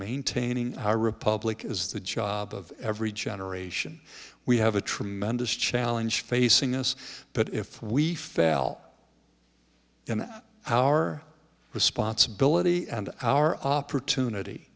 maintaining our republic is the job of every generation we have a tremendous challenge facing us but if we fell into our responsibility and our opportunity